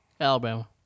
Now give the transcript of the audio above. Alabama